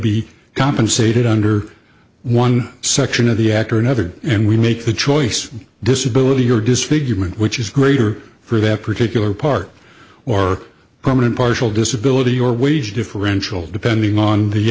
be compensated under one section of the act or another and we make the choice disability or disfigurement which is greater for that particular part or permanent partial disability or wage differential depending on the